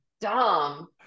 dumb